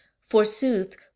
forsooth